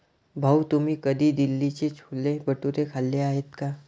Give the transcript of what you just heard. भाऊ, तुम्ही कधी दिल्लीचे छोले भटुरे खाल्ले आहेत का?